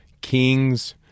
kings